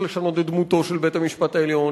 לשנות את דמותו של בית-המשפט העליון,